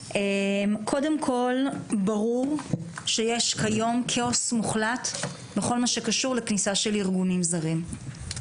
קודם כל ברור שיש כיום כאוס מוחלט בכל מה שקשור לכניסה של ארגונים זרים.